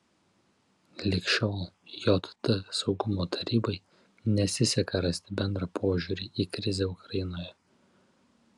lig šiol jt saugumo tarybai nesiseka rasti bendrą požiūrį į krizę ukrainoje